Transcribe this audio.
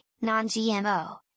non-GMO